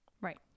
Right